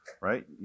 right